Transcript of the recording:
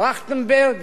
טרכטנברג